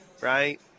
right